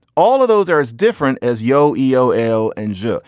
all of those are as different as yo-yo l and ju.